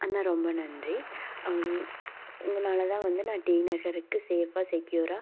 அண்ணா ரொம்ப நன்றி உங்களால தான் வந்து நான் டிநகருக்கு சேஃபாக செக்கியூராக